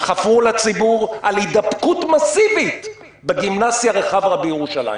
חפרו לציבור על הידבקות מסיבית בגימנסיה רחביה בירושלים